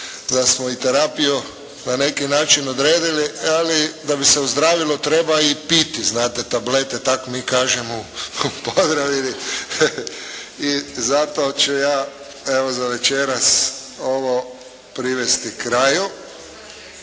Da smo i terapiju na neki način odredili ali da bi se ozdravilo treba i piti znate tablete. Tak mi kažemo u Podravini. I zato ću ja evo za večeras ovo privesti kraju.